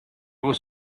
was